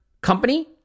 company